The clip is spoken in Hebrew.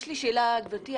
יש לי שאלה, גברתי.